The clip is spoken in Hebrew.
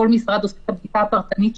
כל משרד עושה את הבדיקה הפרטנית.